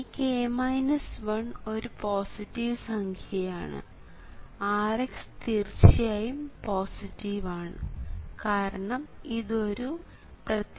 ഈ k 1 ഒരു positive സംഖ്യയാണ് Rx തീർച്ചയായും പോസിറ്റീവ് ആണ് കാരണം ഇത് ഒരു പ്രത്യക്ഷമായ റെസിസ്റ്റർ ആണ്